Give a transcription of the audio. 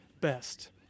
best